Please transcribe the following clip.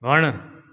वणु